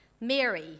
Mary